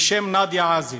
בשם נדיה עזי,